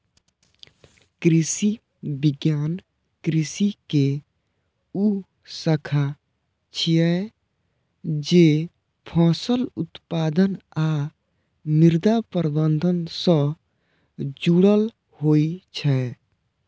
कृषि विज्ञान कृषि के ऊ शाखा छियै, जे फसल उत्पादन आ मृदा प्रबंधन सं जुड़ल होइ छै